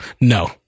no